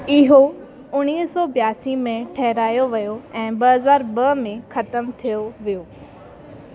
इहो उणिवीह सौ ॿियासी में ठहिरायो वियो ऐं ॿ हज़ार ॿ में ख़तमु थियो वियो